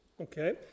Okay